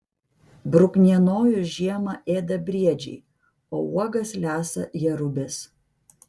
bruknienojus žiemą ėda briedžiai o uogas lesa jerubės